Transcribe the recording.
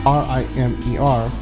r-i-m-e-r